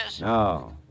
No